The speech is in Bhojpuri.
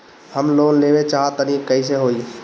हम लोन लेवल चाह तानि कइसे होई?